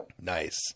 Nice